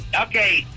Okay